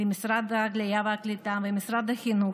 למשרד העלייה והקליטה ולמשרד החינוך.